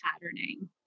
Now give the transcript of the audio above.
patterning